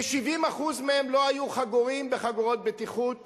כ-70% מהם לא היו חגורים בחגורות בטיחות